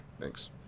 Thanks